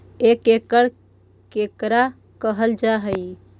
एक एकड़ केकरा कहल जा हइ?